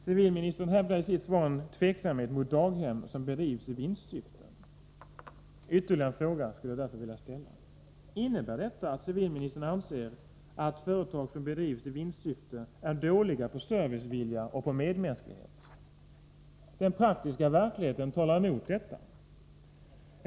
Civilministern hävdar i sitt svar att han hyser tvivel mot daghem som bedrivs i vinstsyfte. Jag skulle därför vilja ställa ytterligare en fråga: Innebär detta att civilministern anser att företag som bedrivs i vinstsyfte är dåliga i fråga om att visa servicevilja och medmänsklighet? Den praktiska verkligheten talar emot detta.